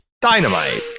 dynamite